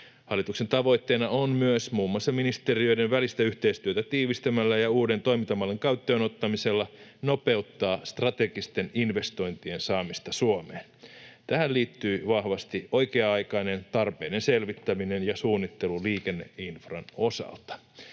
Hallituksen tavoitteena on myös muun muassa ministeriöiden välistä yhteistyötä tiivistämällä ja uuden toimintamallin käyttöönottamisella nopeuttaa strategisten investointien saamista Suomeen. Tähän liittyy vahvasti oikea-aikainen tarpeiden selvittäminen ja suunnittelu liikenneinfran osalta.